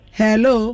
hello